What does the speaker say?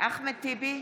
אחמד טיבי,